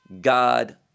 God